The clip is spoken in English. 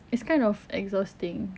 it's kind of exhausting